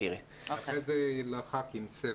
תיתן אחר כך לחברי הכנסת סבב.